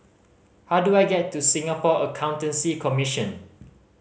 how do I get to Singapore Accountancy Commission